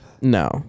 No